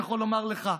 אני יכול לומר לך,